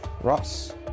Ross